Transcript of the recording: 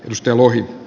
nyström ohi